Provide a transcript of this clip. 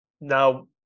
now